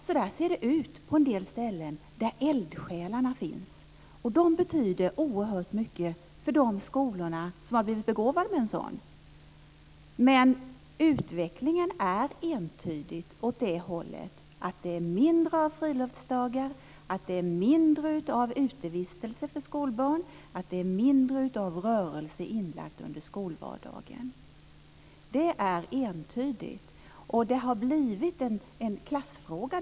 Så ser det ut på en del ställen där eldsjälar finns. De betyder oerhört mycket för de skolor som har blivit begåvade med en sådan eldsjäl. Men utvecklingen går entydigt åt det hållet att det är mindre av friluftsdagar, mindre av utevistelse, mindre av rörelse inlagt under skolvardagen. Det är entydigt. Det har delvis också blivit en klassfråga.